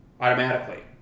automatically